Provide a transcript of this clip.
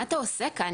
מה אתה עושה כאן,